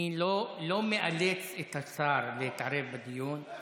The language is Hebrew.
אני לא מאלץ את השר להתערב בדיון,